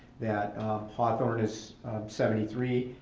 that hawthorn is seventy three,